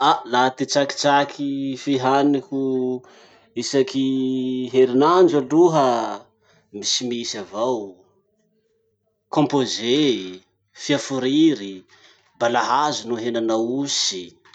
Ah! laha ty tsakitsaky fihaniko isaky herinandro aloha misimisy avao. Composé, fia foriry, balahazo noho henan'aosy.